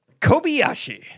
Kobayashi